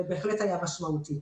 זה בהחלט היה משמעותי.